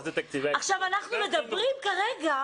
אנחנו מדברים כרגע